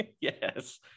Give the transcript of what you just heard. yes